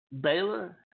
Baylor